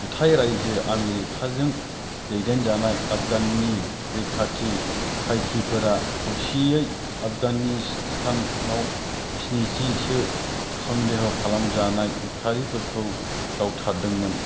जुथाइ रायजो आमेरिकाजों दैदेनजानाय आफगाननि रैखाथि पाइकिफोरा खौसेयै आफगानिस्तानाव स्निजिसो सन्देह' खालामजानाय उदखारिफोरखौ गावथारदोंमोन